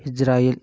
Israel